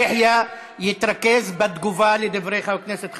חבר הכנסת חאג' יחיא יתרכז בתגובה על דברי חבר הכנסת חזן,